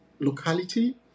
locality